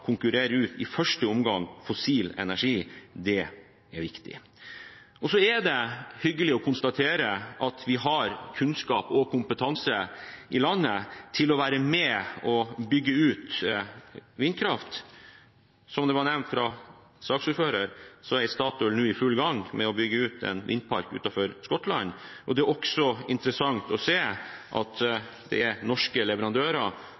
i første omgang konkurrerer ut fossil energi. Det er viktig. Så er det hyggelig å konstatere at vi har kunnskap og kompetanse i landet til å være med og bygge ut vindkraft. Som nevnt av saksordføreren, er Statoil nå i full gang med å bygge ut en vindpark utenfor Skottland. Det er også interessant å se at det er norske leverandører